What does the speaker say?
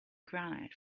granite